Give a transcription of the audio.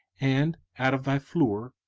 and out of thy floor,